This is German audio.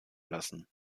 lassen